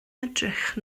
edrych